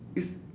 it's